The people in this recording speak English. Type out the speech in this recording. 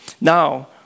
Now